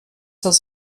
das